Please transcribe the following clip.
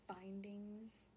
findings